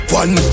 one